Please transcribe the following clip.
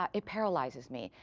um it paralyzes me.